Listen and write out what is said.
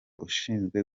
ushinzwe